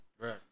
Right